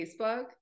facebook